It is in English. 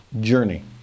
journey